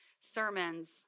sermons